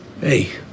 Hey